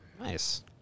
Nice